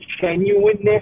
genuineness